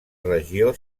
regió